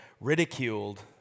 ridiculed